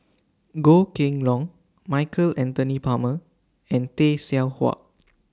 Goh Kheng Long Michael Anthony Palmer and Tay Seow Huah